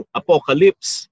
apocalypse